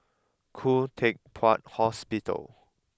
Khoo Teck Puat Hospital